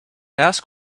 ask